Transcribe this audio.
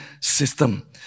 system